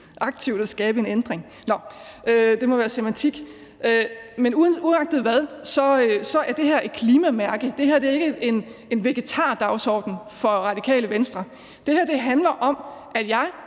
aktivt at skabe en ændring. Nå, det må være semantik. Men uagtet hvad er det her et klimamærke. Det her er ikke en vegetardagsorden for Radikale Venstre. Det her handler om, at jeg